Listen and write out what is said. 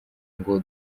ngo